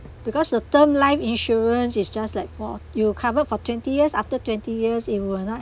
because the term life insurance is just like for you covered for twenty years after twenty years it will not